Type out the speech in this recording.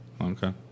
Okay